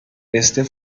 este